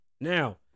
Now